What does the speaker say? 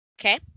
Okay